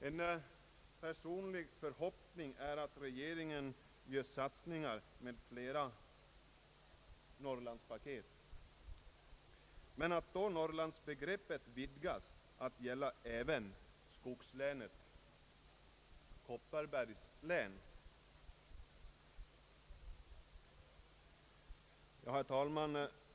En personlig förhoppning är att regeringen satsar på fler »Norrlandspaket» men att Norrlandsbegreppet då vidgas att gälla även skogslänet Kopparbergs län. Herr talman!